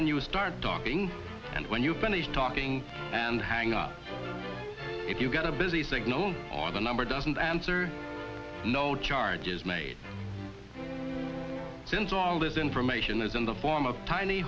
when you start and when you finish talking and hang on if you've got a busy signal or the number doesn't answer no charges made since all this information is in the form of tiny